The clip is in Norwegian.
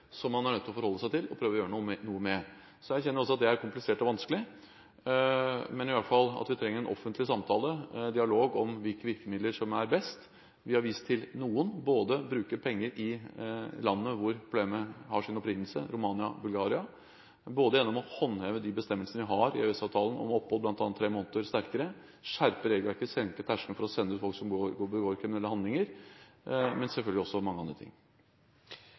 som man er nødt til å forholde seg til, og prøve å gjøre noe med. Jeg erkjenner også at det er komplisert og vanskelig, men vi trenger i hvert fall en offentlig samtale, en dialog, om hvilke virkemidler som er best. Vi har vist til noen: bruke penger i landene hvor problemet har sin opprinnelse – Romania og Bulgaria - håndheve strengere de bestemmelsene vi har i EØS-avtalen om tre måneder opphold bl.a., skjerpe regelverket, senke terskelen for å sende ut folk som begår kriminelle handlinger – men selvfølgelig også mange andre ting.